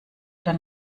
oder